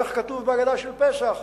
איך כתוב בהגדה של פסח?